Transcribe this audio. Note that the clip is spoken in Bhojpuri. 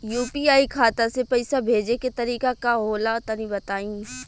यू.पी.आई खाता से पइसा भेजे के तरीका का होला तनि बताईं?